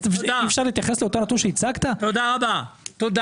תודה רבה.